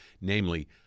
namely